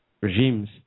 regimes